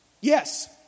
yes